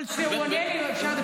אבל כשהוא עונה לי אפשר לדבר.